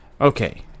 okay